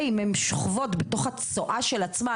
אם הן שוכבות בתוך צואה של עצמן,